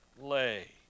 lay